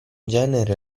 genere